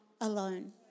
alone